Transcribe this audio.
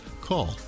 Call